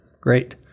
Great